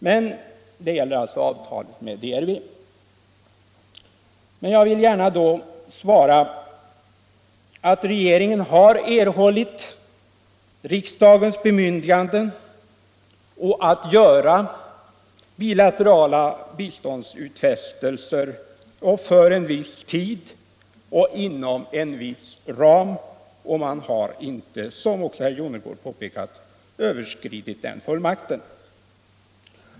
Men då vill jag gärna svara att regeringen har erhållit riksdagens bemyndigande att göra bilaterala biståndsutfästelser för viss tid och inom viss ram. Regeringen har inte, som också herr Jonnergård påpekat, överskridit den fullmakten.